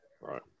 Right